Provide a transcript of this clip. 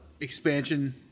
expansion